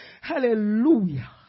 Hallelujah